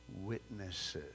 witnesses